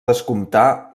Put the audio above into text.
descomptar